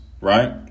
right